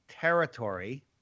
Territory